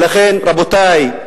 ולכן, רבותי,